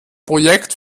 projekt